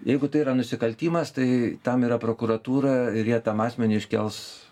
jeigu tai yra nusikaltimas tai tam yra prokuratūra ir jie tam asmeniui iškels